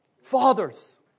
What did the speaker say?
Fathers